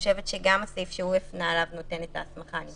שגם הסעיף ששי הפנה אליו נותן את ההסמכה.